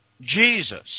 Jesus